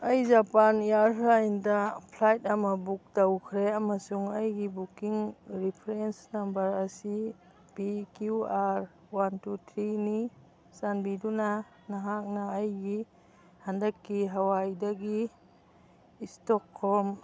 ꯑꯩ ꯖꯥꯄꯥꯟ ꯏꯌꯥꯔ ꯂꯥꯏꯟꯁꯗ ꯐ꯭ꯂꯥꯏꯠ ꯑꯃ ꯕꯨꯛ ꯇꯧꯈ꯭ꯔꯦ ꯑꯃꯁꯨꯡ ꯑꯩꯒꯤ ꯕꯨꯛꯀꯤꯡ ꯔꯤꯐ꯭ꯔꯦꯟꯁ ꯅꯝꯕꯔ ꯑꯁꯤ P Q R one two ꯊ꯭ꯔꯤꯅꯤ ꯆꯥꯟꯕꯤꯗꯨꯅ ꯅꯍꯥꯛꯅ ꯑꯩꯒꯤ ꯍꯟꯗꯛꯀꯤ ꯍꯋꯥꯏꯗꯒꯤ